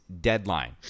deadline